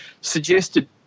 suggested